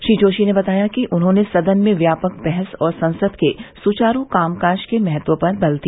श्री जोशी ने बताया कि उन्होंने सदन में व्यापक बहस और संसद के सुचारू कामकाज के महत्व पर बल दिया